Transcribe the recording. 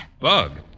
Bug